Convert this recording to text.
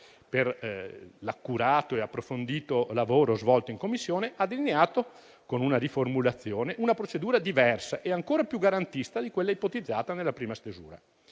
per l'accurato e approfondito lavoro svolto in Commissione, ha delineato con una riformulazione una procedura diversa e ancora più garantista di quella ipotizzata nella prima stesura.